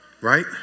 Right